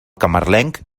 camarlenc